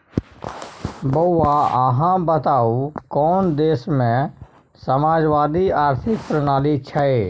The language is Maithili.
बौआ अहाँ बताउ कोन देशमे समाजवादी आर्थिक प्रणाली छै?